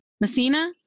Messina